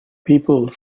people